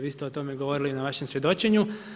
Vi ste o tome govorili i na vašem svjedočenju.